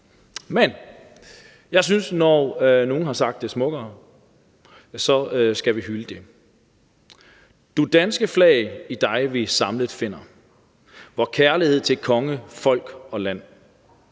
igen. Jeg synes, at når nogen har sagt det smukkere, så skal vi hylde det. »Du danske Flag i dig vi samlet finder/Vor Kærlighed til Konge, Folk og Land,/Du